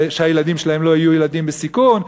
שהילדים שלהם לא יהיו ילדים בסיכון,